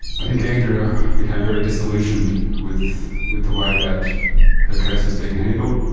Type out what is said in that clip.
i think andrea became very disillusioned with with the way that her case was being handled.